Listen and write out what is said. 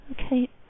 Okay